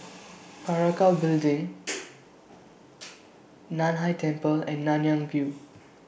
Parakou Building NAN Hai Temple and Nanyang View